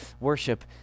worship